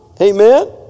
Amen